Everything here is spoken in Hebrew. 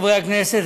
חברי חברי הכנסת,